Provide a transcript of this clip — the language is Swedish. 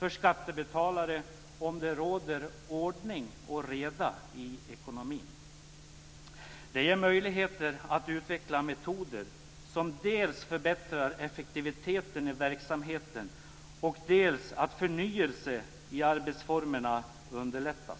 och skattebetalare, om det råder ordning och reda i ekonomin. Det ger möjligheter att utveckla metoder som dels förbättrar effektiviteten i verksamheten, dels gör att förnyelse i arbetsformerna underlättas.